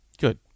Good